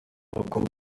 abakobwa